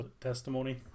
testimony